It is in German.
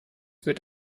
wird